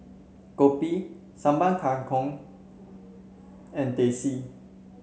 Kopi Sambal Kangkong and Teh C